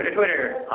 twitter.